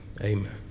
amen